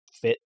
fit